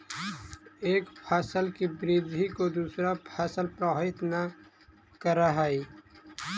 एक फसल की वृद्धि को दूसरा फसल प्रभावित न करअ हई